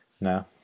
No